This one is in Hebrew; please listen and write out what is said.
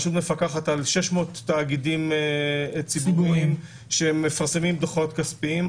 היא מפקחת על 600 תאגידים ציבוריים שמפרסמים דוחות כספיים.